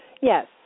Yes